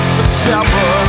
September